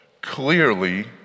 Clearly